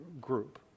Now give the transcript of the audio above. group